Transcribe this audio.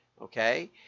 okay